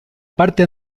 parte